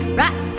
right